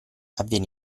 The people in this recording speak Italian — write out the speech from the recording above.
avviene